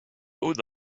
with